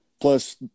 Plus